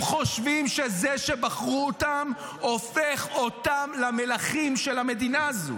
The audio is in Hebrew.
הם חושבים שזה שבחרו בהם הופך אותם למלכים של המדינה הזו.